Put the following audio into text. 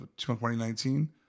2019